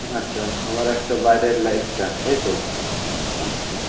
আচ্ছা আবার একটা বাইরের লাইটটা তাই তো আচ্ছা